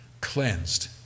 cleansed